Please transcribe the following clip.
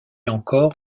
encore